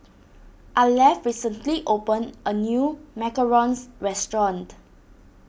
Arleth recently opened a new Macarons restaurant